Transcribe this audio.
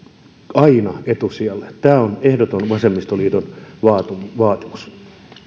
aina etusijalle tämä on vasemmistoliiton ehdoton vaatimus